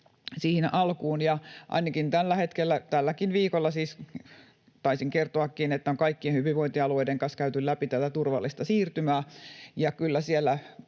siihen alkuun, niin ainakin tällä hetkellä, tälläkin viikolla — taisin kertoakin — on kaikkien hyvinvointialueiden kanssa käyty läpi tätä turvallista siirtymää,